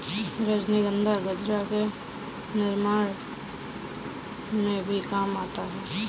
रजनीगंधा गजरा के निर्माण में भी काम आता है